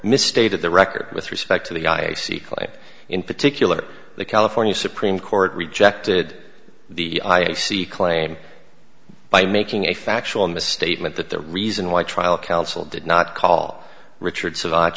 misstated the record with respect to the i c clay in particular the california supreme court rejected the i a c claim by making a factual misstatement that the reason why trial counsel did not call richard survive